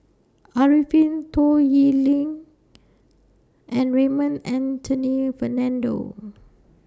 Arifin Toh Yiling and Raymond Anthony Fernando